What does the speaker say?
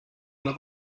alla